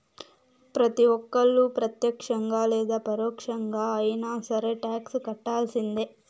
ప్రతి ఒక్కళ్ళు ప్రత్యక్షంగా లేదా పరోక్షంగా అయినా సరే టాక్స్ కట్టాల్సిందే